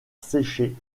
sécher